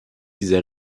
dieser